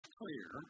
clear